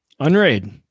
Unraid